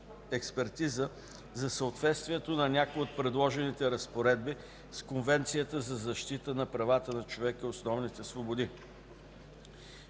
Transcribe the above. експертиза за съответствието на някои от предложените разпоредби с Конвенцията за защита на правата на човека и основните свободи.